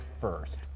first